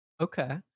Okay